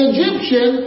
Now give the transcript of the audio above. Egyptian